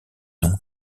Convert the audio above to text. non